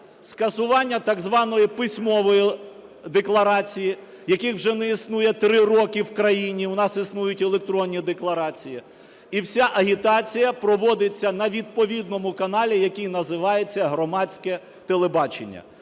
скасування так званої письмової декларації, яких вже не існує 3 роки в країні, у нас існують електронні декларації. І вся агітація проводиться на відповідному каналі, який називається "Громадське телебачення".